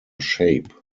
shape